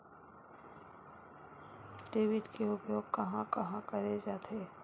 Debit के उपयोग कहां कहा करे जाथे?